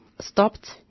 stopped